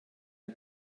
der